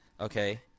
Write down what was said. Okay